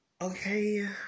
Okay